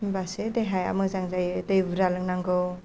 होनबासो देहाया मोजां जायो दै बुरजा लोंनांगौ